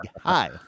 hi